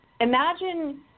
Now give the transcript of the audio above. imagine